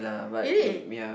is it